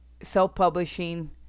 self-publishing